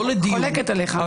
חולקת עליך.